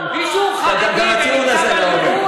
גם הטיעון הזה לא עובד.